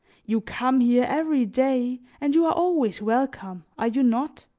you come here every day and you are always welcome, are you not?